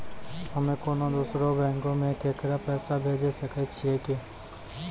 हम्मे कोनो दोसरो बैंको से केकरो पैसा भेजै सकै छियै कि?